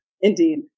Indeed